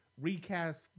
recast